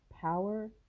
power